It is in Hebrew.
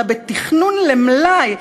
אלא בתכנון למלאי,